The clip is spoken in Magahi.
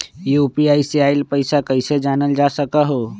यू.पी.आई से आईल पैसा कईसे जानल जा सकहु?